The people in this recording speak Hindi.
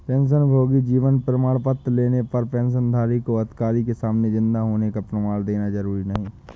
पेंशनभोगी जीवन प्रमाण पत्र लेने पर पेंशनधारी को अधिकारी के सामने जिन्दा होने का प्रमाण देना जरुरी नहीं